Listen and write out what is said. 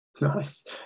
Nice